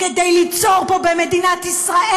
כדי ליצור פה, במדינת ישראל,